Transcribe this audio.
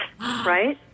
right